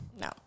No